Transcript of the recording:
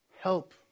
Help